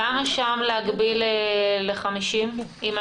כל אחד